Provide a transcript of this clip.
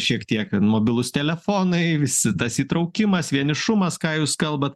šiek tiek kad mobilūs telefonai visi tas įtraukimas vienišumas ką jūs kalbat